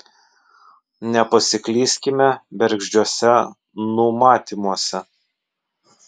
nepasiklyskime bergždžiuose numatymuose